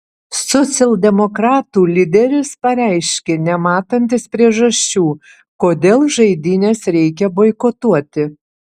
socialdemokratų lyderis pareiškė nematantis priežasčių kodėl žaidynes reikia boikotuoti